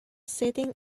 sitting